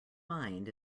mind